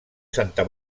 santa